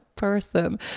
person